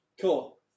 Cool